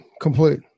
Complete